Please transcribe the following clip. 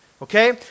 Okay